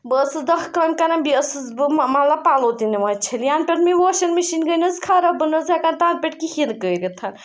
بہٕ ٲسٕس دَہ کامہِ کَران بیٚیہِ ٲسٕس بہٕ مطلب پَلو تہِ نِوان چھٔلِتھ یَنہٕ پٮ۪ٹھ مےٚ یہِ واشنٛگ مِشیٖن گٔیٚے نہ حظ خراب بہٕ نہ حظ ہیٚکان تَنہٕ پٮ۪ٹھ کِہیٖنۍ کٔرِتھ